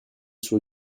suo